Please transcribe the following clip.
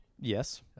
Yes